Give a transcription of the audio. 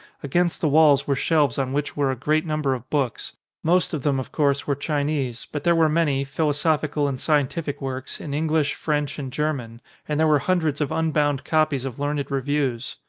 against the walls were shelves on which were a great num ber of books most of them, of course, were chi nese, but there were many, philosophical and sci entific works, in english, french and german and there were hundreds of unbound copies of learned reviews.